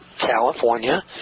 California